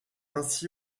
ainsi